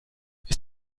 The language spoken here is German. ist